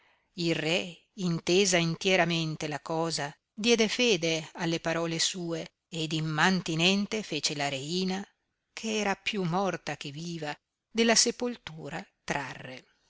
il re intesa intieramente la cosa diede fede alle parole sue ed immantinente fece la reina che era più morta che viva della sepultura trarre